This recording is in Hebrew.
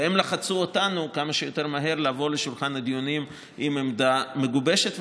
והם לחצו אותנו כמה שיותר מהר לבוא לשולחן הדיונים עם עמדה מגובשת,